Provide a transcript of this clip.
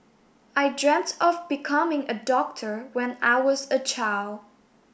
I dreamt of becoming a doctor when I was a child